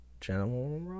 General